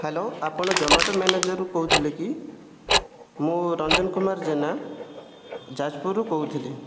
hello ଆପଣ Zomato ମ୍ୟାନେଜରରୁ କହୁଥିଲେ କି ମୁଁ ରଞ୍ଜନ କୁମାର ଜେନା ଯାଜପୁରରୁ କହୁଥିଲି